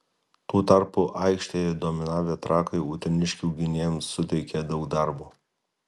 tuo tarpu aikštėje dominavę trakai uteniškių gynėjams suteikė daug darbo